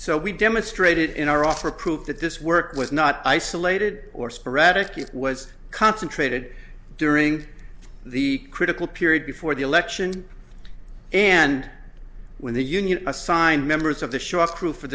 so we demonstrated in our offer proof that this work was not isolated or sporadic it was concentrated during the critical period before the election and when the union assigned members of the shaw crew for